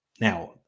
Now